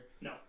No